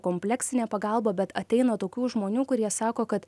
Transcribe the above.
kompleksinė pagalba bet ateina tokių žmonių kurie sako kad